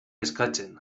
eskatzen